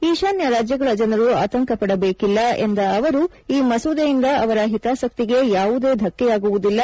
ಈಶಾನ್ಯ ರಾಜ್ಯಗಳ ಜನರು ಆತಂಕಪಡಬೇಕಾಗಿಲ್ಲ ಎಂದ ಅವರು ಈ ಮಸೂದೆಯಿಂದ ಅವರ ಹಿತಾಸಕ್ಕಿಗೆ ಯಾವುದೇ ಧಕ್ಕೆ ಯಾಗುವುದಿಲ್ಲ